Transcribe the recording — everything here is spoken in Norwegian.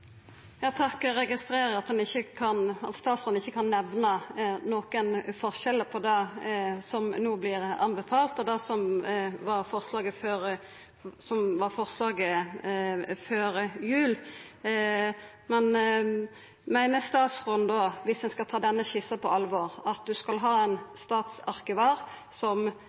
at nå skjer. Eg registrerer at statsråden ikkje kan nemna nokon forskjell på det som no blir anbefalt, og det som var forslaget før jul. Men meiner statsråden då, viss ein skal ta denne skissa på alvor, at ein skal ha ein statsarkivar som